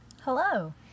Hello